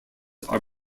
are